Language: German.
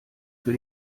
für